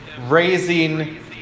raising